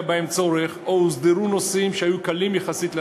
בהם צורך או הוסדרו נושאים שהיו קלים יחסית להסדרה,